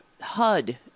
HUD